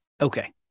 Okay